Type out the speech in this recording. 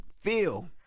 feel